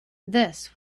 this